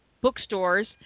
bookstores